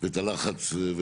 ואת הלחץ.